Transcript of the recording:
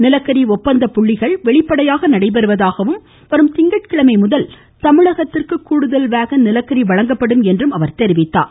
நிலக்கரி ஒப்பந்த புள்ளிகள் வெளிப்படையாக நடைபெறுவதாகவும் வரும் திங்கட்கிழமையிலிருந்து தமிழகத்திற்கு கூடுதல் வேகன் நிலக்கரி வழங்கப்படும் என்றும் குறிப்பிட்டார்